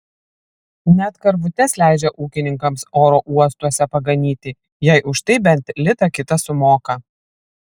net karvutes leidžia ūkininkams oro uostuose paganyti jei už tai bent litą kitą sumoka